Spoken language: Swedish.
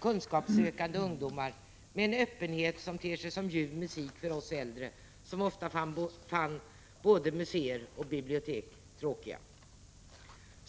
kunskapssökande ungdomar med en öppenhet som ter sig som ljuv musik för oss äldre, som ofta upplevde både museer och bibliotek som tråkiga.